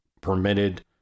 permitted